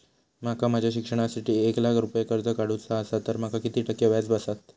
माका माझ्या शिक्षणासाठी एक लाख रुपये कर्ज काढू चा असा तर माका किती टक्के व्याज बसात?